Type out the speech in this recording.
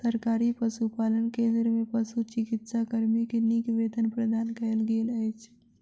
सरकारी पशुपालन केंद्र में पशुचिकित्सा कर्मी के नीक वेतन प्रदान कयल गेल अछि